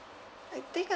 I think I